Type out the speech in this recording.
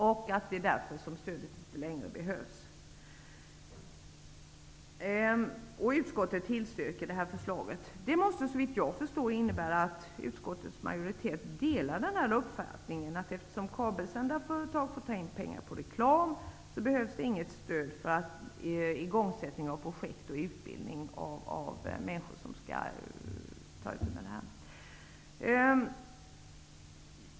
Därför anser man att stödet inte längre behövs. Såvitt jag förstår innebär det att utskottets majoritet delar framförda uppfattning. Eftersom kabelsändarföretag får ta in pengar via reklam, behövs det inte -- tycks man mena -- något stöd för igångsättning av projekt och utbildning när det gäller människor som skall ta itu med dessa saker.